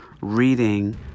reading